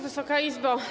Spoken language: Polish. Wysoka Izbo!